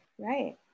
right